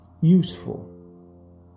Useful